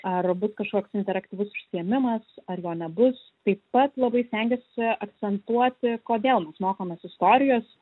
ar bus kažkoks interaktyvus užsiėmimas ar jo nebus taip pat labai stengiasi akcentuoti kodėl mes mokomės istorijos